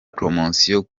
promosiyo